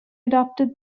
adopted